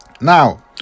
Now